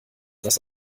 das